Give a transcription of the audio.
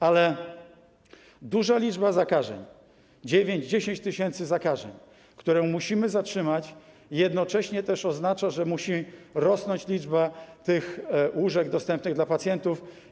Ale duża liczba zakażeń, 9, 10 tys. zakażeń, którą musimy zatrzymać, jednocześnie oznacza, że musi rosnąć liczba łóżek dostępnych dla pacjentów.